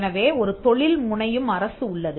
எனவே ஒரு தொழில் முனையும் அரசு உள்ளது